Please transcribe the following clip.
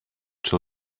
czy